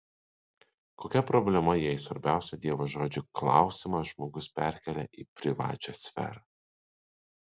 kokia problema jei svarbiausią dievo žodžio klausymą žmogus perkelia į privačią sferą